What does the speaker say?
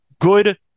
good